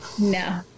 No